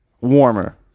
Warmer